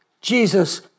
Jesus